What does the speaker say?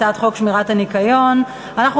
הצעת חוק שמירת הניקיון (הוראת שעה).